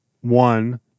one